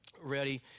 Ready